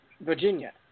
Virginia